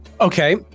Okay